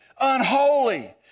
unholy